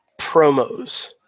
promos